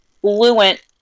fluent